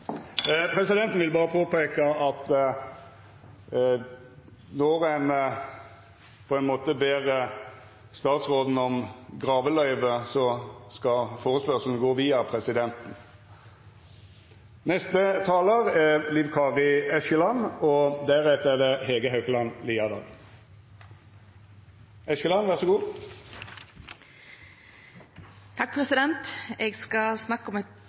Presidenten vil berre påpeika at når ein ber statsråden om graveløyve, skal førespurnaden gå via presidenten. Eg skal snakka om